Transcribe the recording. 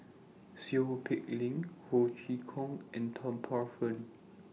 Seow Peck Leng Ho Chee Kong and Tan Paey Fern